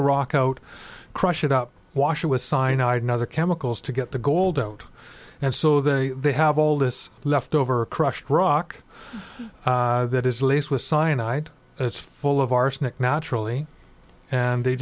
the rock out crush it up washer with cyanide and other chemicals to get the gold out and so they they have all this leftover crushed rock that is laced with cyanide it's full of arsenic naturally and they